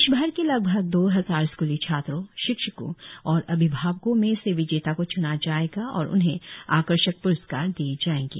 देशभर के लगभग दो हजार स्क्ली छात्रों शिक्षकों और अभिभावकों में से विजेता को च्ना जाएगा और उन्हें आकर्षक प्रस्कार दिए जाएंगे